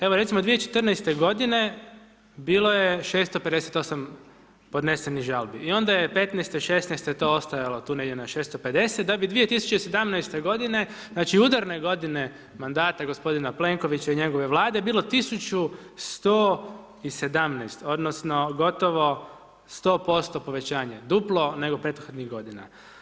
Evo recimo 2014. godine bilo je 658 podnesenih žalbi i onda je 15.-te, 16.-te to ostajalo tu negdje na 650, da bi 2017.godine, znači, udarne godine mandata gospodina Plenkovića i njegove Vlade bilo 1117 odnosno gotovo 100% povećanje, duplo nego prethodnih godina.